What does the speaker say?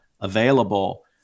available